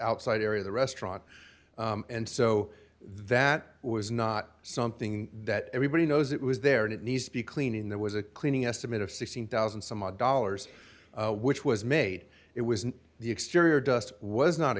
outside area the restaurant and so that was not something that everybody knows it was there and it needs to be clean in there was a cleaning estimate of sixteen thousand dollars some odd dollars which was made it was the exterior dust was not